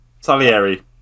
Salieri